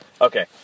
okay